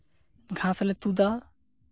ᱜᱷᱟᱥ ᱞᱮ ᱛᱩᱫᱟ